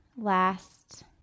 last